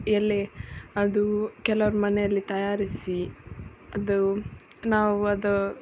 ಎಲೆ ಅದೂ ಕೆಲವರ ಮನೆಯಲ್ಲಿ ತಯಾರಿಸಿ ಅದು ನಾವು ಅದು